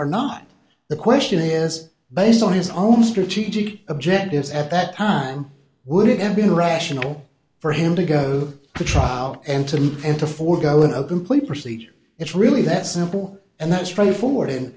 or not the question is based on his own strategic objectives at that time would it have been rational for him to go to trial and to have to forego a complete procedure it's really that simple and that straightforward and